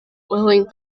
willing